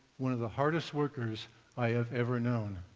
one of the hardest workers i have ever known.